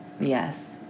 Yes